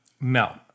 No